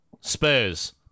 Spurs